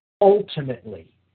Ultimately